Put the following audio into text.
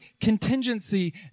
contingency